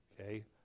okay